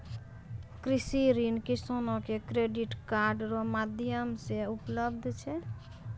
कृषि ऋण किसानो के क्रेडिट कार्ड रो माध्यम से उपलब्ध छै